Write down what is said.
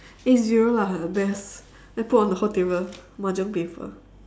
A zero lah best then put on the whole table mahjong paper